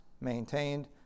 maintained